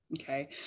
Okay